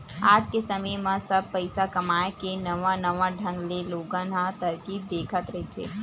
आज के समे म सब पइसा कमाए के नवा नवा ढंग ले लोगन ह तरकीब देखत रहिथे